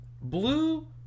blue